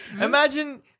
Imagine